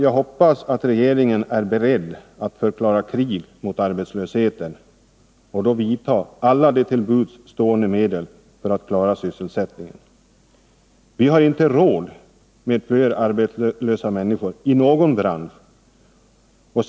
Jag hoppas att regeringen är beredd att förklara krig mot arbetslösheten och då vidta alla till buds stående medel för att klara sysselsättningen. Vi har inte råd med fler arbetslösa människor, inte i någon bransch.